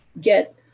get